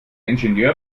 ingenieur